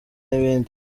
n’ibindi